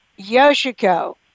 yoshiko